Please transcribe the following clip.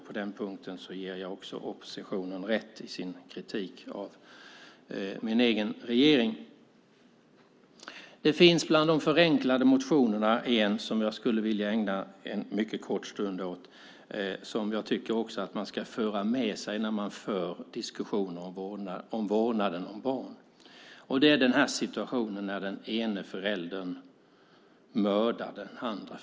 På den punkten ger jag också oppositionen rätt i sin kritik av min egen regering. Det finns bland de förenklade motionerna en motion som jag skulle vilja ägna en mycket kort stund åt, som jag också tycker att man ska föra med sig när man för diskussioner om vårdnaden av barn. Den gäller situationen när den ene föräldern mördar den andre.